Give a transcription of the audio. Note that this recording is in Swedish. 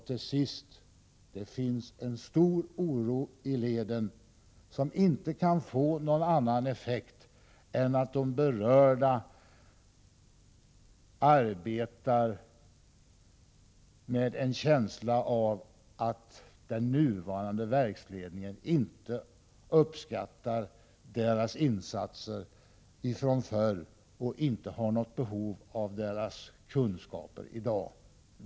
Till sist: Det finns en stor oro i leden som inte kan få någon annan effekt än att de berörda arbetar med en känsla av att den nuvarande verksledningen inte uppskattar deras tidigare insatser och inte har något behov av deras kunskaper i dag.